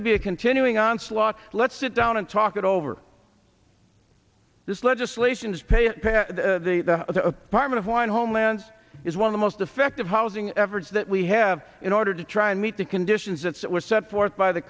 to be a continuing on slot let's sit down and talk it over this legislation's pay the apartment one homelands is one the most effective housing efforts that we have in order to try and meet the conditions that were set forth by the